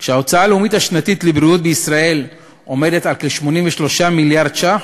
ההוצאה הלאומית השנתית על בריאות בישראל עומדת על כ-83 מיליארד ש"ח,